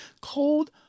cold